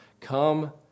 Come